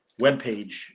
webpage